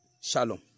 Shalom